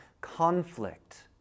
conflict